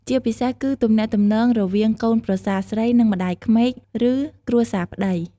ជាពិសេសគឺទំនាក់ទំនងរវាងកូនប្រសារស្រី និងម្តាយក្មេក ឬគ្រួសារប្តី។